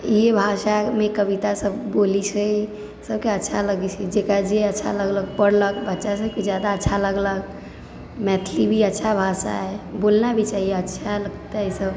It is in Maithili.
इ भाषामे कवितासभ बोलै छै सभके अच्छा लागै छै जकरा जे अच्छा लगलक पढ़लक बच्चासभके ज्यादा अच्छा लागलक मैथिली भी अच्छा भाषा है बोलना भी चाहिए अच्छा लगतै सभ